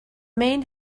main